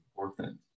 important